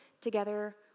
together